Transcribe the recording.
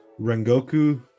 Rengoku